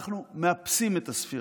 אנחנו מאפסים את הספירה.